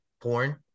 Porn